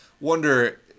wonder